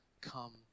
come